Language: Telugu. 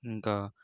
ఇంకా